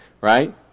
right